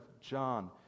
John